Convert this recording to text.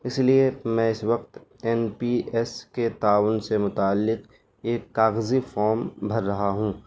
اس لیے میں اس وقت این پی ایس کے تعاون سے متعلق ایک کاغذی فام بھر رہا ہوں